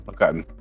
Okay